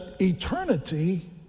eternity